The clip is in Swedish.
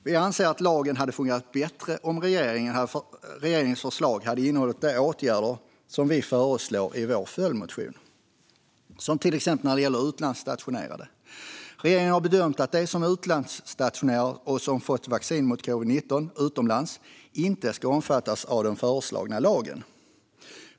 Vi anser att lagen hade fungerat bättre om regeringens förslag hade innehållit de åtgärder som vi föreslår i vår följdmotion, till exempel när det gäller utlandsstationerade. Regeringen har bedömt att de som är utlandsstationerade och som har fått vaccin mot covid-19 utomlands inte ska omfattas av den föreslagna lagen.